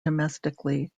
domestically